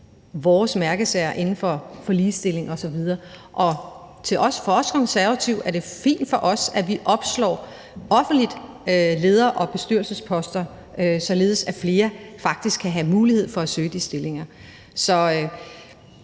vores mærkesager inden for ligestilling osv. For os Konservative er det fint, at vi offentligt opslår leder- og bestyrelsesposter, således at flere faktisk kan have mulighed for at søge de stillinger. Så